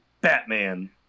Batman